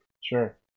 Sure